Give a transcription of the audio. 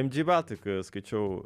mg baltic skaičiau